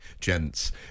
gents